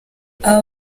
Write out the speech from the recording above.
aba